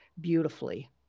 beautifully